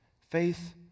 Faith